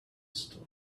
story